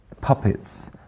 puppets